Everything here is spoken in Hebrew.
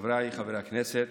חבריי חברי הכנסת,